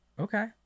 Okay